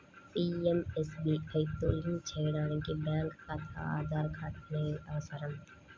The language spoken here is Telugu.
పీయంఎస్బీఐతో లింక్ చేయడానికి బ్యేంకు ఖాతా, ఆధార్ కార్డ్ అనేవి అవసరం